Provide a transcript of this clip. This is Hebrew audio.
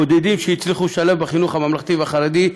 בודדים שהצליחו להשתלב בחינוך הממלכתי החרדי,